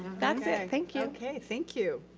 that's it. thank you. okay, thank you.